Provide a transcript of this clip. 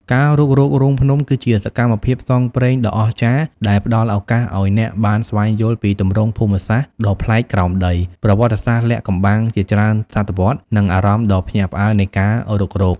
ការរុករករូងភ្នំគឺជាសកម្មភាពផ្សងព្រេងដ៏អស្ចារ្យដែលផ្ដល់ឱកាសឱ្យអ្នកបានស្វែងយល់ពីទម្រង់ភូមិសាស្ត្រដ៏ប្លែកក្រោមដី ប្រវត្តិសាស្ត្រលាក់កំបាំងជាច្រើនសតវត្សរ៍ និងអារម្មណ៍ដ៏ភ្ញាក់ផ្អើលនៃការរុករក។